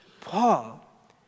Paul